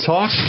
Talk